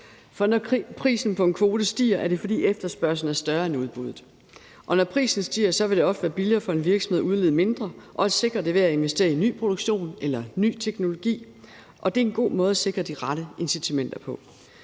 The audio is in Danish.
For når prisen på en kvote stiger, er det, fordi efterspørgslen er større end udbuddet, og når prisen stiger, vil det ofte være billigere for en virksomhed at udlede mindre og også sikre det ved at investere i ny teknologi, og det er en god måde at sikre de rette incitamenter på.